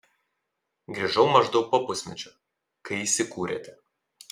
grįžau maždaug po pusmečio kai įsikūrėte